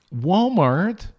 Walmart